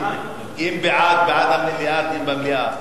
אם בעד, בעד המליאה, דיון במליאה.